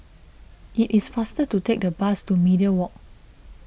it is faster to take the bus to Media Walk